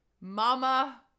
Mama